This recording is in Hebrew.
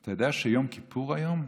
אתה יודע שיום כיפור היום?